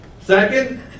Second